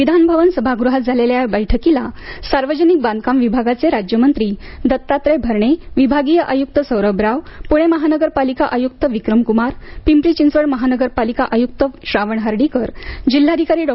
विधानभवन सभागृहात झालेल्या या बैठकीला सार्वजनिक बांधकाम विभागाचे राज्यमंत्री दत्तात्रय भरणे विभागीय आयुक्त सौरभ राव पुणे महानगरपालिका आयुक्त विक्रम कुमार पिंपरी चिंचवड महानगरपालिका आयुक्त श्रावण हर्डिकर जिल्हाधिकारी डॉ